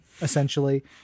essentially